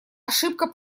ошибка